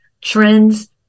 Trends